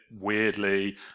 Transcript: weirdly